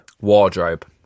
Wardrobe